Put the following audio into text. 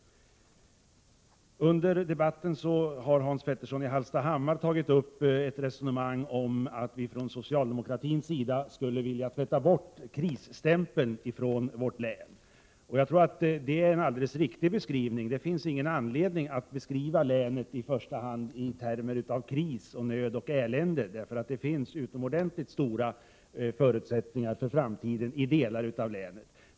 Under debatten har Hans Petersson i Hallstahammar tagit upp ett resonemang om att vi från socialdemokratins sida skulle vilja tvätta bort krisstämpeln från vårt län. Det är en alldeles riktig beskrivning. Det finns ingen anledning att beskriva länet i första hand i termer av kris, nöd och elände, för det finns utomordentligt stora förutsättningar för framtiden i delar av länet.